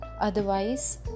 Otherwise